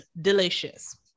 delicious